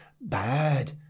bad